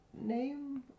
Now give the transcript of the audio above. name